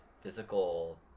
physical